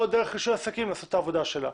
לא דרך רישוי עסקים לעשות את העבודה שלה.